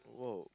!woah!